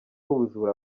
ubujura